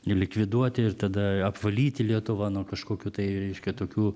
likviduoti ir tada apvalyti lietuvą nuo kažkokių tai reiškia tokių